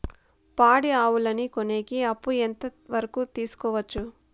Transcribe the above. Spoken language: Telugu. పాడి ఆవులని కొనేకి అప్పు ఎంత వరకు తీసుకోవచ్చు?